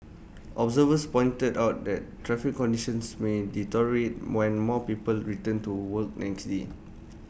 observers pointed out that traffic conditions may deteriorate when more people return to work next day